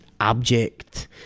abject